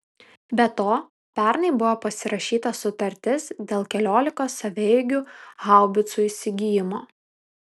be to pernai buvo pasirašyta sutartis dėl keliolikos savaeigių haubicų įsigijimo